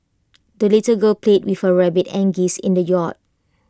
the little girl played with her rabbit and geese in the yard